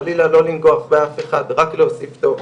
חלילה, לא לנגוח באף אחד, רק להוסיף טוב.